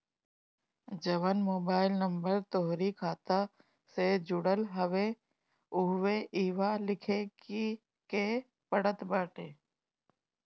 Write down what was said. जवन mobile number तोहरी खाता से जुड़ल हवे उहवे इहवा लिखे के पड़त बाटे